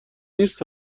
نیست